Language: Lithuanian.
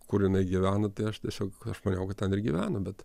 kur jinai gyvena tai aš tiesiog aš maniau kad ten ir gyveno bet